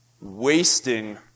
wasting